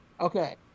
Okay